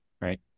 right